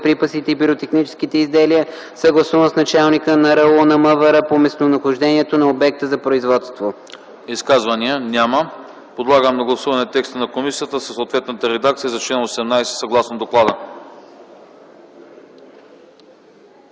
боеприпасите и пиротехническите изделия, съгласуван с началника на РУ на МВР по местонахождението на обекта за производство.” ПРЕДСЕДАТЕЛ АНАСТАС АНАСТАСОВ: Изказвания? Няма. Подлагам на гласуване текста на комисията със съответната редакция за чл. 18 съгласно доклада.